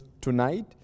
tonight